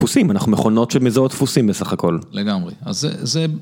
דפוסים, אנחנו מכונות שמזהות דפוסים בסך הכל. לגמרי. אז זה זה..